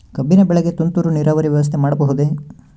ಕಬ್ಬಿನ ಬೆಳೆಗೆ ತುಂತುರು ನೇರಾವರಿ ವ್ಯವಸ್ಥೆ ಮಾಡಬಹುದೇ?